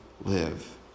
live